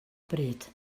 bryd